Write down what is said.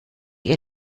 ihr